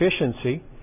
efficiency